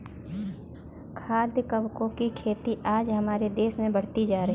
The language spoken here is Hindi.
खाद्य कवकों की खेती आज हमारे देश में बढ़ती जा रही है